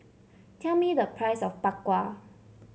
tell me the price of Bak Kwa